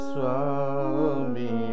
Swami